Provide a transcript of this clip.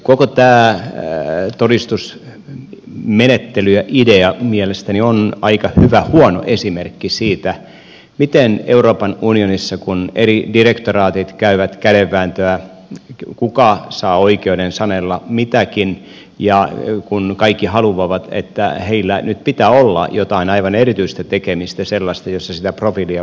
koko tämä todistusmenettely ja idea on mielestäni aika hyvä huono esimerkki siitä miten euroopan unionissa eri direktoraatit käyvät kädenvääntöä kuka saa oikeuden sanella mitäkin ja kaikki haluavat että heillä nyt pitää olla jotain aivan erityistä tekemistä sellaista jossa sitä profiilia voisi nostaa